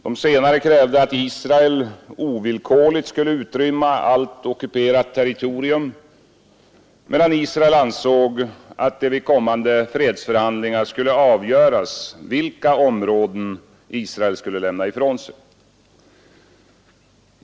De senare krävde att Israel ovillkorligt skulle utrymma allt ockuperat territorium, medan Israel ansåg att det vid kommande fredsförhandlingar skulle avgöras vilka områden det skulle lämna ifrån sig.